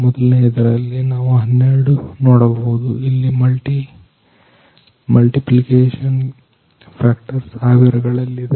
ಮೊದಲನೆಯದರಲ್ಲಿ ನಾವು 12 ನೋಡಬಹುದು ಇಲ್ಲಿ ಮಲ್ಟಿಪಿಕೇಶನ್ ಫ್ಯಾಕ್ಟರ್ ಸಾವಿರಗಳಲ್ಲಿದೆ